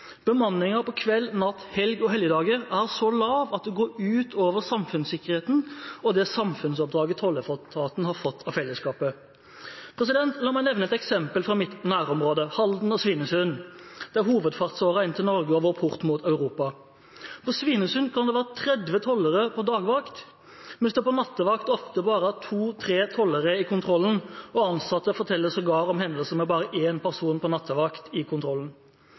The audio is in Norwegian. på kveld, natt, helg og helligdager er så lav at det går ut over samfunnssikkerheten og det samfunnsoppdraget tolletaten har fått av fellesskapet. La meg nevne et eksempel fra mitt nærområde, Halden og Svinesund. Det er hovedfartsåren inn til Norge og vår port mot Europa. På Svinesund kan det være 30 tollere på dagvakt, mens det på nattevakt ofte bare er to–tre tollere i kontrollen, og ansatte forteller sågar om hendelser med bare én person på nattevakt i kontrollen.